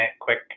quick